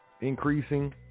increasing